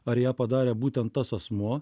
ar ją padarė būtent tas asmuo